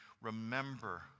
remember